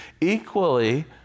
equally